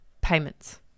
payments